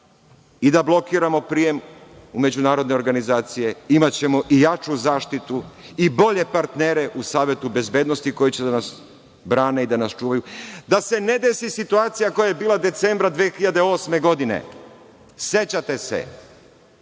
i da blokiramo prijem u međunarodne organizacije imaćemo i jaču zaštitu i bolje partnere u Savetu bezbednosti koji će da nas brane i da nas čuvaju. Da se ne desi situacija koja je bila decembra 2008. godine. Sećate se,